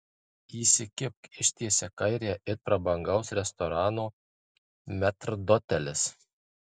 įsikibk ištiesia kairę it prabangaus restorano metrdotelis